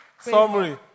Summary